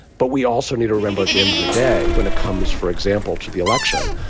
but we also need to remember at the end of the day, when it comes, for example, to the election,